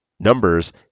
Numbers